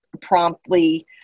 promptly